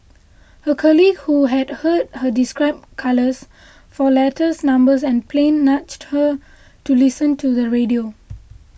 her colleague who had heard her describe colours for letters numbers and plain nudged her to listen to the radio